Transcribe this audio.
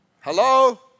Hello